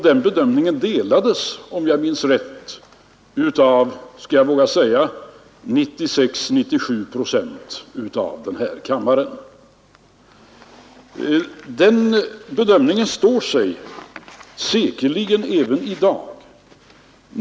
Den bedömningen delades, skulle jag våga säga, av 96-97 procent av ledamöterna i den här kammaren. Den bedömningen står sig säkerligen även i dag.